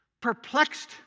perplexed